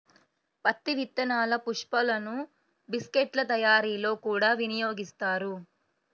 పత్తి విత్తనాల పప్పులను బిస్కెట్ల తయారీలో కూడా వినియోగిస్తారు